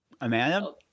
amanda